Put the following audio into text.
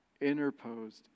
interposed